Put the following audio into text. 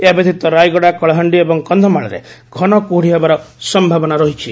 ଏହା ବ୍ୟତୀତ ରାୟଗଡା କଳାହାଣ୍ଡି ଏବଂ କକ୍ଷମାଳରେ ଘନ କୁହୁଡି ହେବାର ସମ୍ଭାବନା ରହିଛି